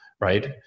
right